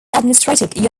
administrative